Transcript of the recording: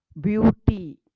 beauty